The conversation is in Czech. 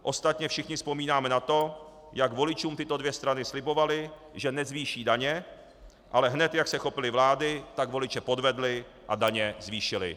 Ostatně všichni vzpomínáme na to, jak voličům tyto dvě strany slibovaly, že nezvýší daně, ale hned jak se chopily vlády, tak voliče podvedly a daně zvýšily.